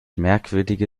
merkwürdige